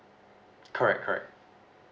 correct correct